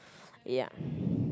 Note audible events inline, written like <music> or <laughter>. yeah <breath>